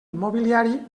immobiliari